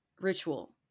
ritual